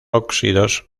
óxidos